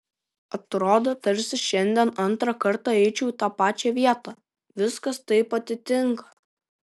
atrodo tarsi šiandien antrą kartą eičiau į tą pačią vietą viskas taip atitinka